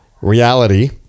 reality